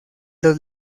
los